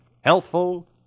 Healthful